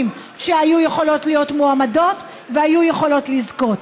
שהיו יכולות להיות מועמדות והיו יכולות לזכות.